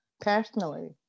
personally